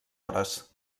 hores